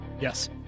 Yes